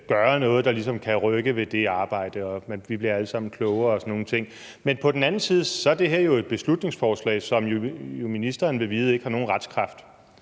gøre noget, der ligesom kan rykke ved det arbejde, og vi bliver alle sammen klogere og sådan nogle ting – men på den anden side er det her jo et beslutningsforslag, som ministeren vil vide ikke har nogen retskraft.